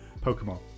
Pokemon